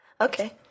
Okay